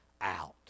out